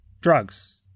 drugs